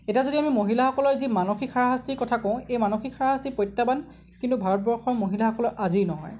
এতিয়া যদি আমি মহিলাসকলৰ যি মানসিক হাৰাশাস্তিৰ কথা কওঁ এই মানসিক হাৰাশাস্তিৰ প্ৰত্যাহ্বান কিন্তু ভাৰতবৰ্ষৰ মহিলাসকলৰ আজিৰ নহয়